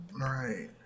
right